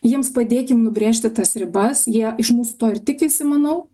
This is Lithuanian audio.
jiems padėkim nubrėžti tas ribas jie iš mūsų to ir tikisi manau